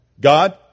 God